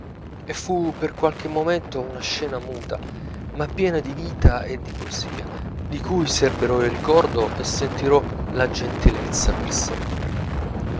e fu per qualche momento una scena muta ma piena di vita e di poesia di cui serberò il ricordo e sentirò la gentilezza per sempre